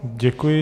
Děkuji.